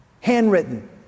Handwritten